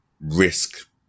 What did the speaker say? risk